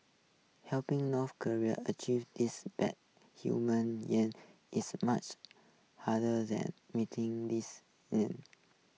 helping North Koreans achieve this bad human yearning is much harder than meeting this